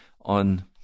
on